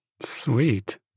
Sweet